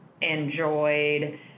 enjoyed